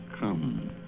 come